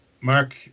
Mark